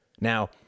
Now